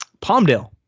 Palmdale